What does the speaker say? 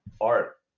art